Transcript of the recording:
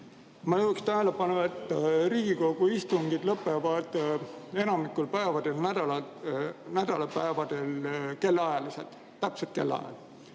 ma juhin tähelepanu, et Riigikogu istungid lõpevad enamikul päevadel, nädalapäevadel, kellaajaliselt, täpselt kindlal